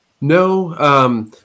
No